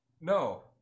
No